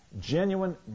genuine